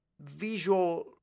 visual